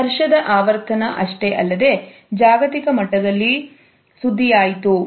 ವರ್ಷದ ಆವರ್ತನ ಅಷ್ಟೇ ಅಲ್ಲದೆ ಜಾಗತಿಕ ಮಟ್ಟದಲ್ಲಿ ಸುದ್ದಿಯಾಯಿತು